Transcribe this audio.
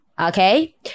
Okay